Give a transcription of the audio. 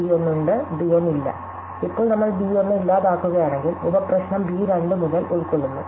b1 ഉണ്ട് b1 ഇല്ല ഇപ്പോൾ നമ്മൾ b1 ഇല്ലാതാക്കുകയാണെങ്കിൽ ഉപ പ്രശ്നം b2 മുതൽ ഉൾക്കൊള്ളുന്നു